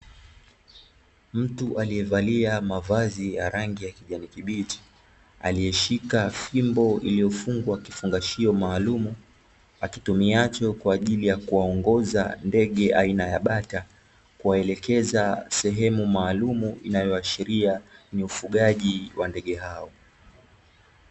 Mtu aliyevalia mavazi ya rangi ya kijani kibichi aliyeshika fimbo iliyofungwa kifungashio maalumu akitumiacho kwa ajili ya kuwaongoza ndege aina ya bata kuwaelekeza sehemu maalumu inayoashiria ni ufugaji wa ndege hao.